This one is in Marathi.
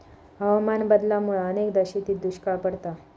हवामान बदलामुळा अनेकदा शेतीत दुष्काळ पडता